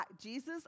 Jesus